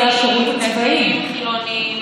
דתיים חילונים,